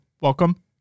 welcome